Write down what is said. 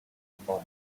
before